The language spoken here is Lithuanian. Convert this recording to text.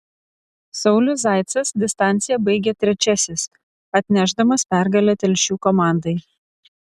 saulius zaicas distanciją baigė trečiasis atnešdamas pergalę telšių komandai